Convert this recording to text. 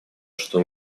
что